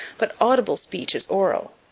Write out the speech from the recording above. but audible speech is oral.